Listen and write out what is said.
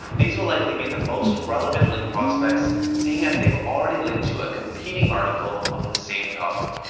these will likely be the most relevant link prospects seeing as they've already linked to a competing article on the same topic.